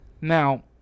Now